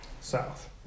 South